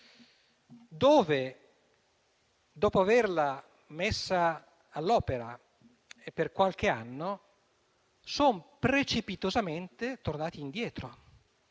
dove, dopo averla messa all'opera per qualche anno, sono precipitosamente tornati indietro